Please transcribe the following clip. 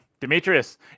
Demetrius